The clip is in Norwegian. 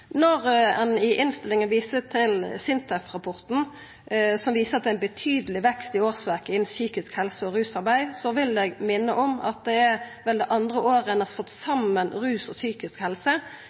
Når ein i innstillinga viser til SINTEF-rapporten, som viser at det er ein betydeleg vekst i årsverk innan psykisk helse- og rusarbeid, vil eg minna om at det er det andre året etter at ein slo saman rusfeltet og psykisk helse.